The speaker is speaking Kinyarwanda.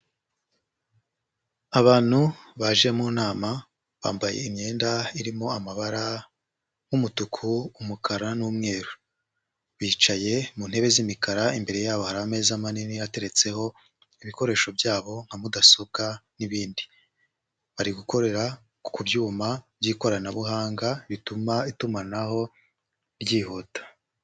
Abantu baje mu nama, bambaye imyenda irimo amabara nk'umutuku, umukara n'umweru, bicaye mu ntebe z'imikara imbere yabo hari ameza manini ateretseho ibikoresho byabo nka mudasoka n'ibindi, bari gukorera ku byuma by'ikoranabuhanga bituma itumanaho ryihuta.